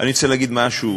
אני רוצה לומר משהו